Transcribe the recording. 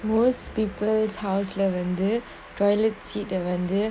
most people's house lavender toilet seat lavender